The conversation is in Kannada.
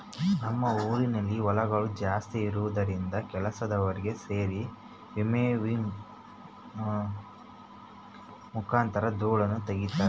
ನಮ್ಮ ಊರಿನಲ್ಲಿ ಹೊಲಗಳು ಜಾಸ್ತಿ ಇರುವುದರಿಂದ ಕೆಲಸದವರೆಲ್ಲ ಸೆರಿ ವಿನ್ನೋವಿಂಗ್ ಮುಖಾಂತರ ಧೂಳನ್ನು ತಗಿತಾರ